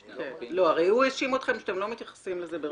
הוא האשים אתכם שאתם לא מתייחסים לזה ברצינות.